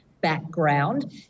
background